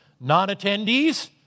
Non-attendees